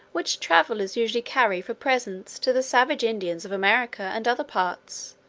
which travellers usually carry for presents to the savage indians of america, and other parts,